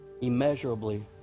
Immeasurably